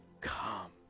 come